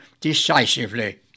decisively